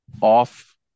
off